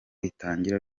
itangira